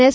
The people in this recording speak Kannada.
ಎಸ್